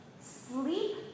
sleep